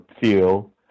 feel